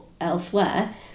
elsewhere